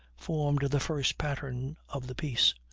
formed the first pattern of the piece.